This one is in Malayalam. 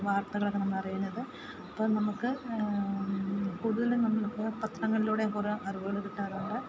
വാർത്തകളൊക്കെ നമ്മളറിയുന്നത് അപ്പം നമുക്ക് കൂടുതൽ നമ്മൾ ഇപ്പോൾ പത്രങ്ങളിലൂടെ കുറേ അറിവുകൾ കിട്ടാറുണ്ട്